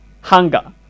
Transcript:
hunger